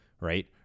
right